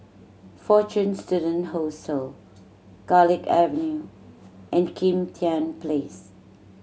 Fortune Students Hostel Garlick Avenue and Kim Tian Place